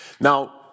Now